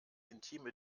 intime